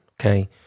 Okay